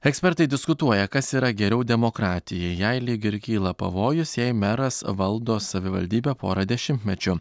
ekspertai diskutuoja kas yra geriau demokratijai jei lyg ir kyla pavojus jei meras valdo savivaldybę porą dešimtmečių